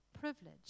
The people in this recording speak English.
privilege